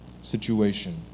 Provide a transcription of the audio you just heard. situation